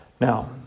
Now